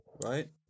right